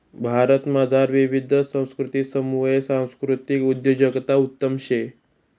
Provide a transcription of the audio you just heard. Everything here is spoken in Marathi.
भारतमझार विविध संस्कृतीसमुये सांस्कृतिक उद्योजकता उत्तम शे